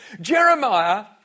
Jeremiah